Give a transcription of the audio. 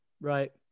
Right